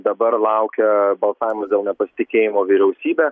dabar laukia balsavimas dėl nepasitikėjimo vyriausybe